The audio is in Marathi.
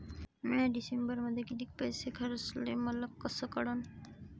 म्या डिसेंबरमध्ये कितीक पैसे खर्चले मले कस कळन?